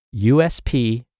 USP